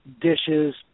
dishes